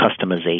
customization